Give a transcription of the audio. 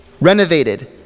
renovated